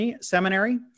Seminary